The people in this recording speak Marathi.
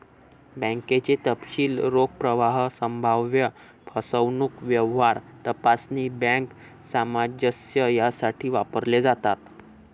बँकेचे तपशील रोख प्रवाह, संभाव्य फसवणूक, व्यवहार तपासणी, बँक सामंजस्य यासाठी वापरले जातात